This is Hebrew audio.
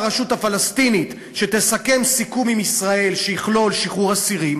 כשהרשות הפלסטינית תסכם סיכום עם ישראל שיכלול שחרור אסירים,